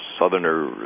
southerner